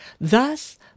Thus